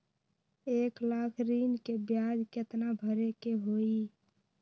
एक लाख ऋन के ब्याज केतना भरे के होई?